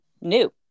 new